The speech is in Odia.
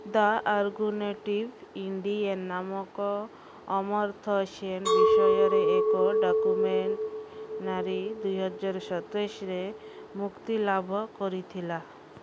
ଦ ଆର୍ଗୁନେଟିଭ୍ ଇଣ୍ଡିଆନ୍ ନାମକ ଅମର୍ତ୍ୟ ସେନ୍ ବିଷୟରେ ଏକ ଡକ୍ୟୁମେଣ୍ଟାରୀ ଦୁଇହଜାର ସତରରେ ମୁକ୍ତିଲାଭ କରିଥିଲା